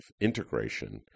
integration